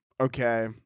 Okay